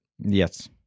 Yes